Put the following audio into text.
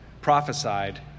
prophesied